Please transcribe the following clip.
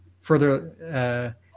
further